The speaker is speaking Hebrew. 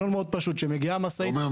אתה אומר,